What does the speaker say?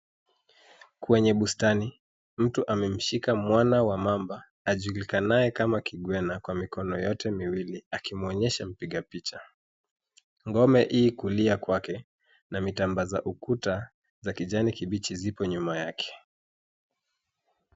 Kwenye bustani, mtu amemshika mwana wa mamba ajulikanaye kama kigwena kwa mikono yote miwili akimuonyesha mpiga picha. Ngome i kulia kwakwe na mitamba za ukuta za kijani kibishi zipo nyuma yake.